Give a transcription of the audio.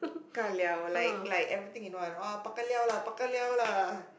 ka-liao like like everything you know like bao-ka-liao lah bao-ka-liao lah